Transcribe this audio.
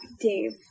Dave